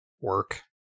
Work